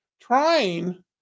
trying